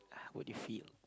would you feel